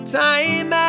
time